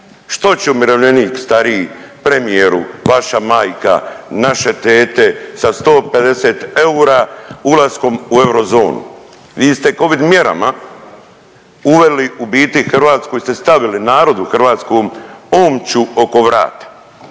Što će umirovljenik stariji, premijeru vaša majka, naše tete sa 150 eura ulaskom u eurozonu? Vi ste covid mjerama uveli, u biti Hrvatskoj ste stavili, narodu hrvatskom omču oko vrata,